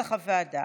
כנוסח הוועדה.